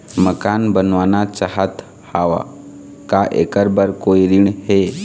मकान बनवाना चाहत हाव, का ऐकर बर कोई ऋण हे?